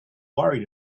worried